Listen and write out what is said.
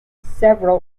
several